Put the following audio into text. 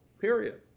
period